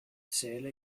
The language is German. zähle